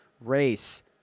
race